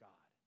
God